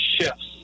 shifts